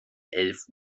elf